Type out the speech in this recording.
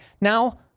Now